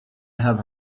have